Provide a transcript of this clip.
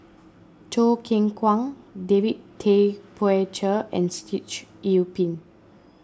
Choo Keng Kwang David Tay Poey Cher and Sitoh Yih Pin